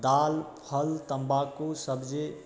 दालि फल तम्बाकू सब्जी